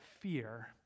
fear